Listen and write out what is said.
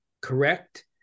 correct